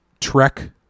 Trek